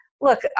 Look